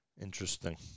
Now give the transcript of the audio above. Interesting